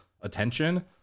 attention